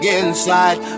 inside